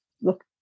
look